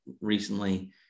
recently